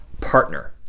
partner